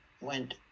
went